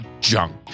junk